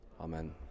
amen